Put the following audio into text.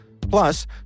Plus